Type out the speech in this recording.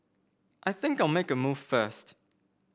I think I'll make a move first